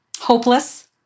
Hopeless